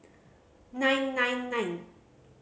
nine nine nine